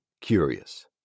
curious